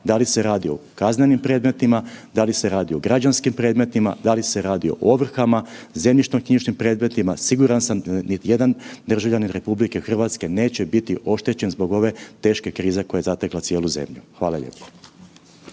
da li se radi o kaznenim predmetima, da li se radi o građanskim predmetima, da li se radi o ovrhama, zemljišno knjižnim predmetima. Siguran sam da ni jedan državljanin RH neće biti oštećen zbog ove teške krize koja je zatekla cijelu zemlju. Hvala lijepo.